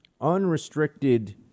unrestricted